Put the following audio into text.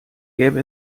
gäbe